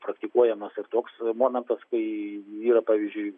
praktikuojamas ir toks momentas kai yra pavyzdžiui